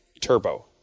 turbo